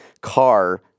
car